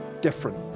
different